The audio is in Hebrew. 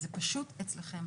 זה פשוט אצלכם.